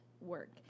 work